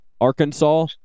Arkansas